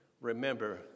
remember